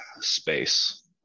space